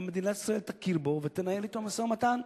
גם מדינת ישראל תכיר בו ותנהל אתו משא-ומתן.